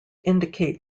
indicate